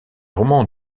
romans